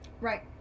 right